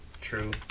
True